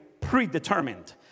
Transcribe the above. predetermined